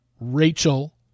Rachel